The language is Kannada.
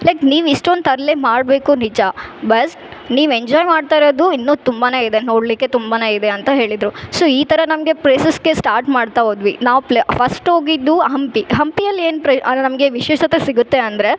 ಲೈಕ್ ನೀವು ಇಷ್ಟೊಂದು ತರಲೆ ಮಾಡಬೇಕು ನಿಜ ಬಸ್ ನೀವು ಎಂಜಾಯ್ ಮಾಡ್ತಾಯಿರೋದು ಇನ್ನು ತುಂಬಾನೇ ಇದೆ ನೋಡಲಿಕ್ಕೆ ತುಂಬಾನೇ ಇದೆ ಅಂತ ಹೇಳಿದರು ಸೊ ಈ ಥರ ನಮಗೆ ಪ್ರೇಸಸ್ಗೆ ಸ್ಟಾರ್ಟ್ ಮಾಡ್ತಾ ಹೋದ್ವಿ ನಾವು ಫಸ್ಟ್ ಹೋಗಿದ್ದು ಹಂಪಿ ಹಂಪಿಯಲ್ಲಿ ಏನು ಪ್ರ ಅಂದರೆ ನಮಗೆ ವಿಶೇಷತೆ ಸಿಗತ್ತೆ ಅಂದರೆ